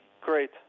great